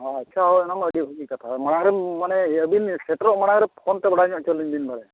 ᱟᱪᱪᱷᱟ ᱚᱱᱟᱢᱟ ᱟᱹᱰᱤ ᱵᱷᱟᱹᱜᱤ ᱠᱟᱛᱷᱟ ᱢᱟᱲᱟᱝ ᱨᱮ ᱢᱟᱱᱮ ᱟᱹᱵᱤᱱ ᱥᱮᱴᱮᱨᱚᱜ ᱢᱟᱲᱟᱝ ᱨᱮ ᱯᱷᱳᱱᱛᱮ ᱵᱟᱲᱟᱭ ᱧᱚᱜ ᱦᱚᱪᱚᱞᱤᱧ ᱵᱤᱱ ᱵᱟᱲᱮ